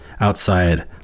outside